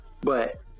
but-